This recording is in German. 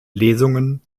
lesungen